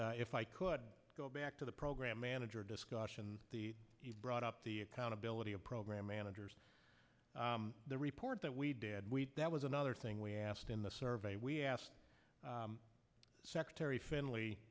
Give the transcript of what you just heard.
if i could go back to the program manager discussion the brought up the accountability of program managers the report that we did that was another thing we asked in the survey we asked secretary finley